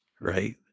right